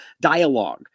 dialogue